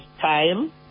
time